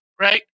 right